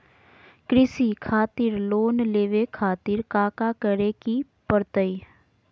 कृषि खातिर लोन लेवे खातिर काका करे की परतई?